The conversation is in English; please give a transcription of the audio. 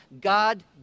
God